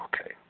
Okay